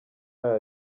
aya